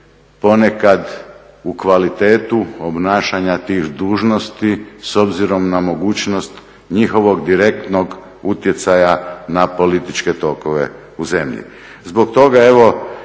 ponekad u kvalitetu obnašanja tih dužnosti s obzirom na mogućnost njihovog direktnog utjecaja na političke tokove u zemlji.